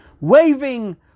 Waving